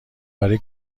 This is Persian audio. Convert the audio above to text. برای